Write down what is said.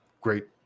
great